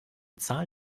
zahl